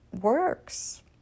works